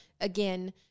again